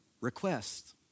request